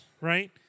right